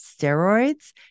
Steroids